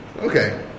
okay